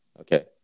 Okay